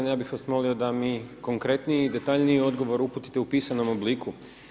Ja bih vas molio da mi konkretniji i detaljniji odgovor uputite u pisanom obliku.